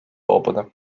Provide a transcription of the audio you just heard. loobuda